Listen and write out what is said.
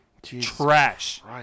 Trash